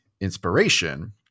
inspiration